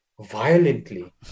violently